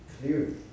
clearly